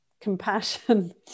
compassion